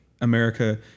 America